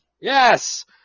Yes